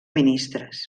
ministres